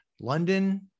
London